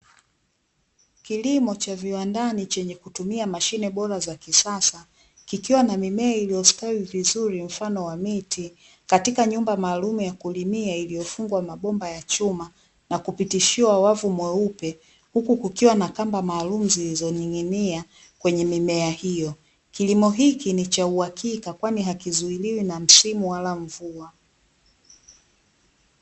Kilimo cha viwandani chenye kutumia mashine bora za kisasa, kikiwa na mimea iliyositawi vizuri mfano wa miti, katika nyumba maalumu ya kulimia iliyofungwa mabomba ya chuma na kupitishiwa wavu mweupe, huku kukiwa na kamba maalumu zilizoning'inia kwenye mimea hiyo. Kilimo hiki ni cha uhakika kwani hakizuiliwi na msimu wala mvua.